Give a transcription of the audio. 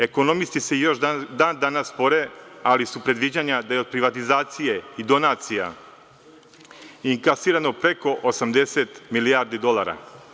Ekonomisti se još dan danas spore, ali su predviđanja da je od privatizacije i donacija inkasirano preko 80 milijardi dolara.